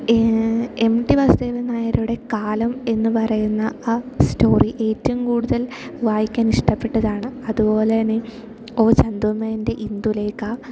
M T Vasudevan നായരുടെ കാലം എന്നു പറയുന്ന ആ സ്റ്റോറി ഏറ്റവും കൂടുതൽ വായിക്കാൻ ഇഷ്ടപ്പെട്ടതാണ് അതുപോലെ തന്നെ ഓ ചന്ദുമേനോൻ്റെ ഇന്ദുലേഖ